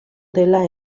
dela